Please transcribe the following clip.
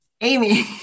Amy